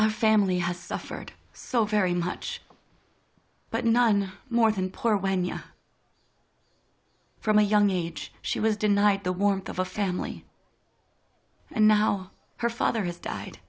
our family has suffered so very much but none more than poor when you're from a young age she was denied the warmth of a family and now her father has died